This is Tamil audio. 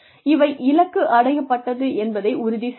இவை இலக்கு அடையப்பட்டது என்பதை உறுதி செய்யும்